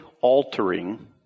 altering